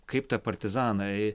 kaip tą partizanai